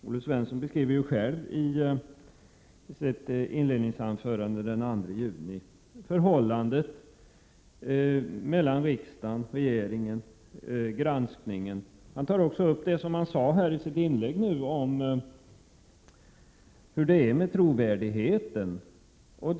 Olle Svensson beskriver själv i sitt inledningsanförande den 2 juni förhållandet mellan riksdagen, regeringen och granskningen, och han tar upp det som han också sade i sitt inlägg nu om hur det är med trovärdigheten.